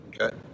Okay